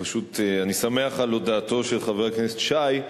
פשוט אני שמח על הודעתו של חבר הכנסת שי,